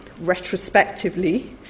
retrospectively